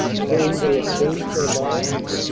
saying they had changed their minds?